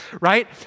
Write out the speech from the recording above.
right